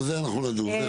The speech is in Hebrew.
בסדר, זה אנחנו נדון.